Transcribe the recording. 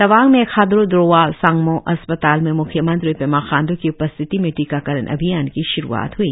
तवांग में खादरो द्रोवा सांगमो अस्पताल में म्ख्य मंत्री पेमा खांड् की उपस्थित में टीकाकरण अभियान की श्रुआत हई